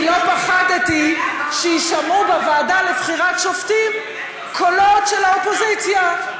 כי לא פחדתי שיישמעו בוועדה לבחירת שופטים קולות של האופוזיציה,